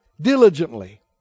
diligently